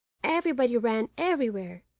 everybody ran everywhere,